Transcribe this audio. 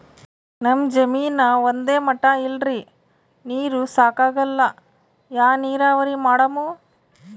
ನಮ್ ಜಮೀನ ಒಂದೇ ಮಟಾ ಇಲ್ರಿ, ನೀರೂ ಸಾಕಾಗಲ್ಲ, ಯಾ ನೀರಾವರಿ ಮಾಡಮು?